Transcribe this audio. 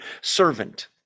servant